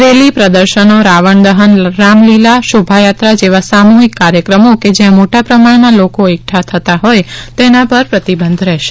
rally પ્રદર્શનો રાવણ દહન રામલીલા શોભાયાત્રા જેવા સામૂહિક કાર્યક્રમો કે જ્યાં મોટા પ્રમાણમાં લોકો એકઠા થતા હોય તેના પર પ્રતિબંધ રહેશે